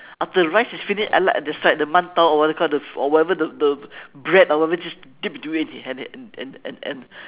after the rice is finish I like that's right the 馒头 or what they call the or whatever the the bread or whatever just dip to it and hand it and and and and